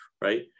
right